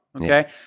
okay